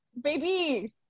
baby